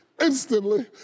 instantly